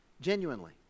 genuinely